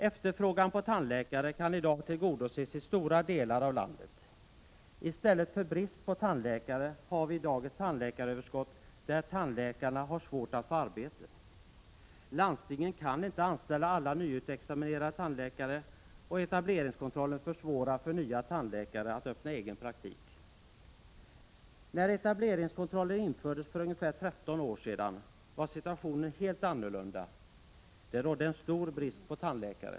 Efterfrågan på tandläkare kan i dag tillgodoses i stora delar av landet. I stället för brist på tandläkare har vi i dag ett tandläkaröverskott där tandläkarna har svårt att få arbete. Landstingen kan inte anställa alla nyutexaminerade tandläkare, och etableringskontrollen försvårar för nya tandläkare att öppna egen praktik. När etableringskontrollen infördes för ungefär 13 år sedan var situationen helt annorlunda. Det rådde en stor brist på tandläkare.